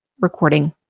recording